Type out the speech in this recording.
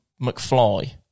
McFly